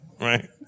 right